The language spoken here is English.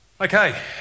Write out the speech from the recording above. Okay